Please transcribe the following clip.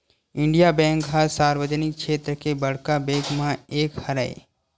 Indian bank ह सार्वजनिक छेत्र के बड़का बेंक मन म एक हरय